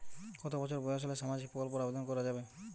কত বছর বয়স হলে সামাজিক প্রকল্পর আবেদন করযাবে?